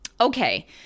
okay